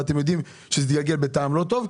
ואתם יודעים שזה התגלגל בטעם לא טוב,